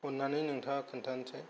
अननानै नोंथाङा खोन्थानोसै